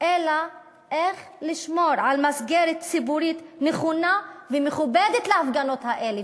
אלא איך לשמור על מסגרת ציבורית נכונה ומכובדת להפגנות האלה.